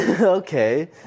Okay